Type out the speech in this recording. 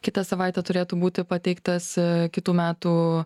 kitą savaitę turėtų būti pateiktas kitų metų